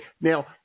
Now